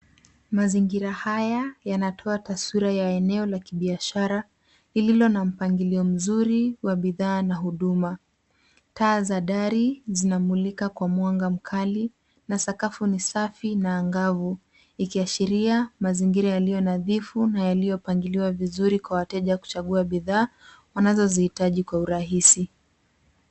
Mazingira haya yanatoa taswira ya eneo la kibiashara lililo na mpangilio mzuri wa bidhaa na huduma. Taa za dari zinamulikwa kwa mwanga mkali na sakafu ni safi na angavu, ikiashiria mazingira yaliyo nadhifu na yaliyopangiliwa vizuri kwa wateja kuchagua bidhaa wanazohitaji kwa urahisi.